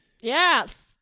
Yes